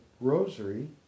rosary